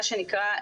מה שנקרא,